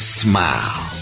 smile